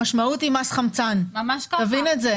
המשמעות היא מס חמצן, תבין את זה.